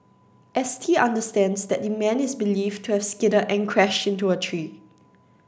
S T understands that the man is believed to have skidded and crashed into a tree